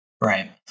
Right